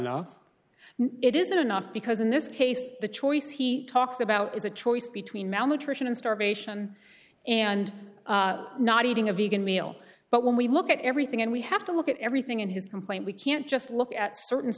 and it isn't enough because in this case the choice he talks about is a choice between malnutrition and starvation and not eating a beacon meal but when we look at everything and we have to look at everything in his complaint we can't just look at certain